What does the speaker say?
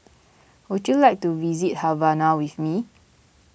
would you like to visit Havana with me